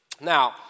Now